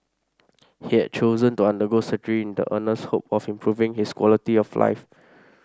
he had chosen to undergo surgery in the earnest hope of improving his quality of life